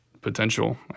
potential